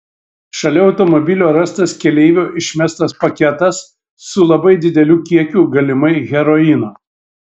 šalia automobilio rastas keleivio išmestas paketas su labai dideliu kiekiu galimai heroino